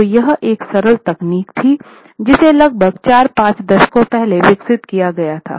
तो यह एक सरल तकनीक थी जिसे लगभग चार पाँच दशकों पहले विकसित किया गया था